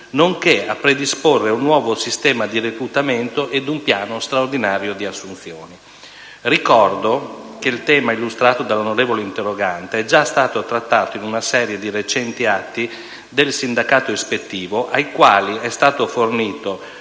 nonché a predisporre un nuovo sistema di reclutamento ed un piano straordinario di assunzioni. Ricordo che il tema illustrato dagli interroganti è già stato trattato in una serie di recenti atti di sindacato ispettivo, ai quali è stato fornito